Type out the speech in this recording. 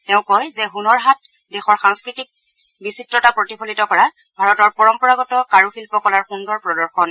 তেওঁ কয় যে ছনৰ হাট দেশৰ সাংস্কৃতিক বিচিত্ৰতা প্ৰতিফলিত কৰা ভাৰতৰ পৰম্পৰাগত কাৰুশিল্প কলাৰ সুন্দৰ প্ৰদৰ্শন